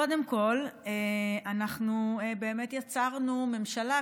קודם כול, אנחנו באמת יצרנו ממשלה.